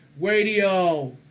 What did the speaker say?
Radio